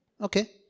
Okay